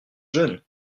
jeune